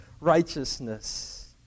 righteousness